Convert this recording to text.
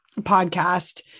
podcast